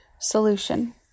Solution